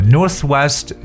Northwest